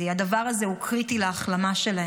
הדבר הזה הוא קריטי להחלמה שלהם.